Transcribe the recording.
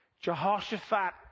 Jehoshaphat